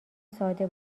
ساده